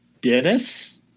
Dennis